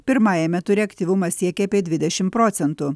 pirmajame ture aktyvumas siekė apie dvidešimt procentų